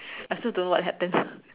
I also don't know what happened